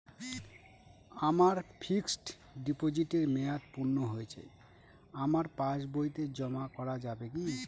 আমার ফিক্সট ডিপোজিটের মেয়াদ পূর্ণ হয়েছে আমার পাস বইতে জমা করা যাবে কি?